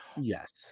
yes